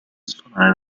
suonare